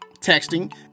texting